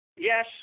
Yes